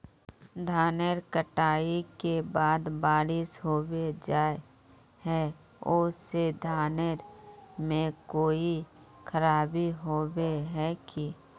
धानेर कटाई के बाद बारिश होबे जाए है ओ से धानेर में कोई खराबी होबे है की?